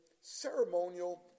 ceremonial